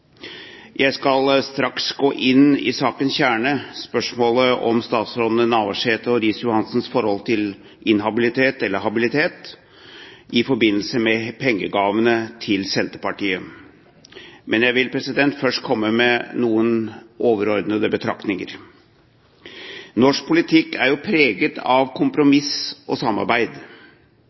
Jeg skal straks gå inn i sakens kjerne: spørsmålet om statsrådene Navarsete og Riis-Johansens forhold til inhabilitet eller habilitet i forbindelse med pengegavene til Senterpartiet. Men jeg vil først komme med noen overordnede betraktninger. Norsk politikk er preget av kompromiss og samarbeid.